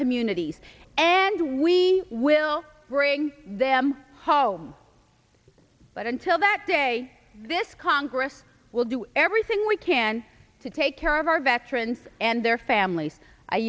communities and we will bring them home but until that day this congress will do everything we can to take care of our veterans and their families i